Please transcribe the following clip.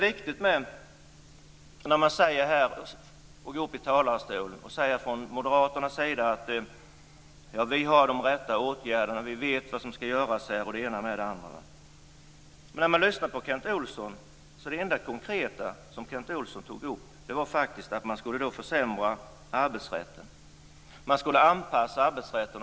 När man från moderaterna i talarstolen säger att de har de rätta åtgärderna, vet vad som skall göras med det ena och det andra. Men det enda konkreta som Kent Olsson tog upp var att man skulle försämra arbetsrätten. Man skulle anpassa arbetsrätten.